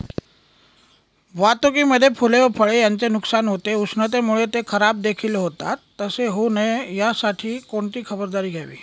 वाहतुकीमध्ये फूले व फळे यांचे नुकसान होते, उष्णतेमुळे ते खराबदेखील होतात तसे होऊ नये यासाठी कोणती खबरदारी घ्यावी?